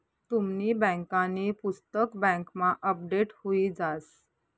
तुमनी बँकांनी पुस्तक बँकमा अपडेट हुई जास